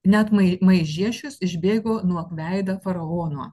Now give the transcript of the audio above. net mai maižiešius išbėgo nuog veido faraono